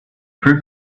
proof